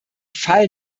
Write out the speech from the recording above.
fall